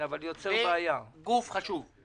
וגוף חשוב.